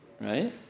right